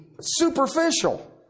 superficial